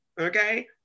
okay